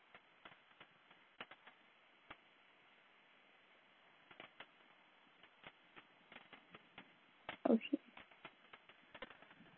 okay